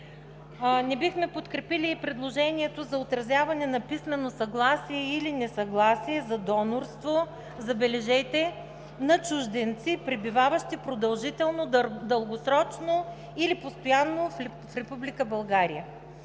Не бихме подкрепили и предложението за отразяване на писмено съгласие или несъгласие за донорство, забележете, на чужденци, пребиваващи продължително, дългосрочно или постоянно в